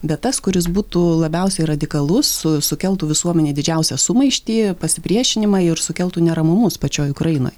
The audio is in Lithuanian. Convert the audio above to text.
bet tas kuris būtų labiausiai radikalus su sukeltų visuomenėj didžiausią sumaištį pasipriešinimą ir sukeltų neramumus pačioj ukrainoj